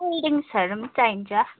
नुडल्सहरू पनि चाहिन्छ